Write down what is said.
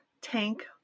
tank